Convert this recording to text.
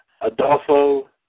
Adolfo